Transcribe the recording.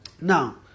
Now